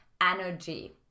energy